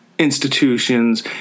institutions